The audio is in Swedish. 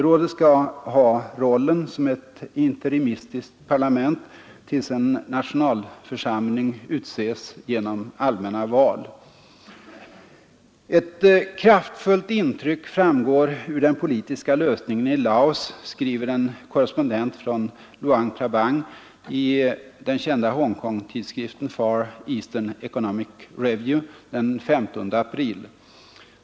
Rådet skall ha rollen som ett interimistiskt parlament tills en nationalförsamling utses genom allmänna val. ”Ett kraftfullt intryck framgår ur den politiska lösningen i Laos”, skriver en korrespondent från Luang Prabang i den kända Hongkongtidskriften Far Eastern Economic Review den 15 april.